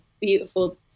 beautiful